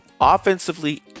offensively